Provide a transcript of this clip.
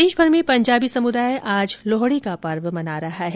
प्रदेशभर में पंजाबी समुदाय आज लोहड़ी का पर्व मना रहा है